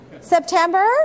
September